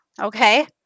okay